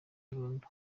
burundu